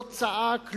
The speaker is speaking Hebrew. לא צעק,